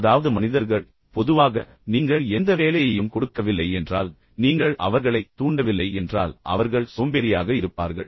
அதாவது மனிதர்கள் பொதுவாக நீங்கள் எந்த வேலையையும் கொடுக்கவில்லை என்றால் நீங்கள் அவர்களைத் தூண்டவில்லை என்றால் அவர்கள் சோம்பேறியாக இருப்பார்கள்